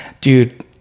dude